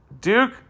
Duke